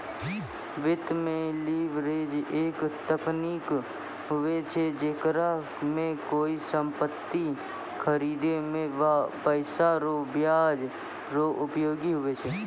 वित्त मे लीवरेज एक तकनीक हुवै छै जेकरा मे कोय सम्पति खरीदे मे पैसा रो ब्याज रो उपयोग हुवै छै